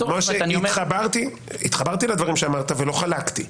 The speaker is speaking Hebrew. --- התחברתי לדברים שאמרת ולא חלקתי.